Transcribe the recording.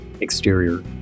Exterior